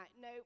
no